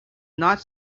not